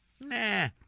Nah